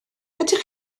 ydych